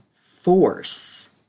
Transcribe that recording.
force